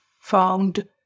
found